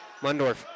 Mundorf